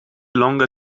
longer